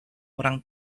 orang